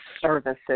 services